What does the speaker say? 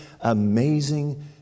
amazing